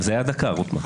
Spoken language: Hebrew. אבל זה היה דקה, רוטמן.